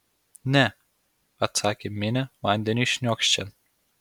ne atsakė minė vandeniui šniokščiant